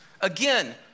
Again